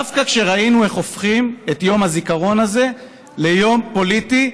ראינו איך הופכים את יום הזיכרון הזה ליום פוליטי,